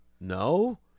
no